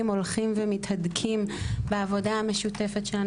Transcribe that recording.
הולכים ומתהדקים בעבודה המשותפת שלנו.